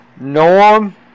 Norm